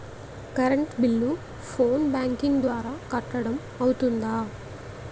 Current bill phone banking ద్వారా కట్టడం అవ్తుందా?